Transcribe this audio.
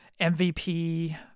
MVP